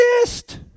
exist